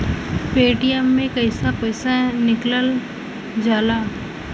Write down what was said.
Paytm से कैसे पैसा निकलल जाला?